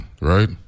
right